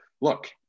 look